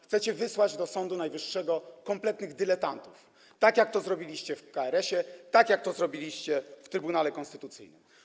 Chcecie wysłać do Sądu Najwyższego kompletnych dyletantów, tak jak to zrobiliście w KRS-ie, tak jak to zrobiliście w Trybunale Konstytucyjnym.